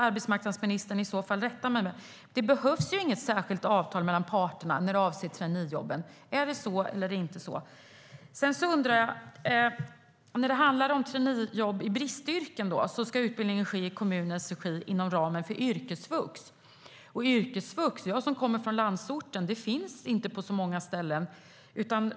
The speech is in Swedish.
Arbetsmarknadsministern får rätta mig, men det behövs väl inget särskilt avtal mellan parterna när det avser traineejobben. Är det så eller inte? När det handlar om traineejobb i bristyrken ska utbildningen ske i kommunens regi inom ramen för yrkesvux. Jag kommer från landsorten, och yrkesvux finns inte på så många ställen.